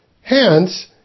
Hence